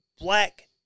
black